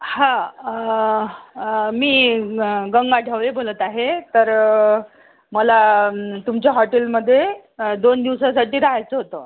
हा मी गंगा ढवळे बोलत आहे तर मला तुमच्या हॉटेलमध्ये दोन दिवसांसाठी राहायचं होतं